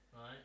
Right